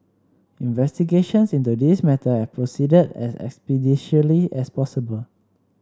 investigations into this matter have proceeded as expeditiously as possible